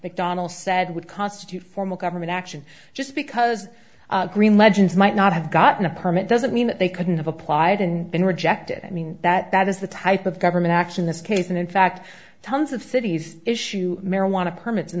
mcdonnell said would constitute formal government action just because green legends might not have gotten a permit doesn't mean that they couldn't have applied and been rejected i mean that is the type of government action this case and in fact tons of cities issue marijuana permits